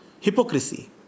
hypocrisy